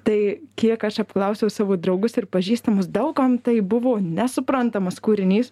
tai kiek aš apklausiau savo draugus ir pažįstamus daug kam tai buvo nesuprantamas kūrinys